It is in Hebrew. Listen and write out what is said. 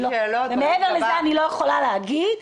מעבר לזה אני לא יכולה להגיד,